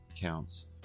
counts